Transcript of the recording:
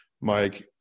Mike